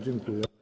Dziękuję.